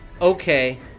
Okay